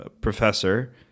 professor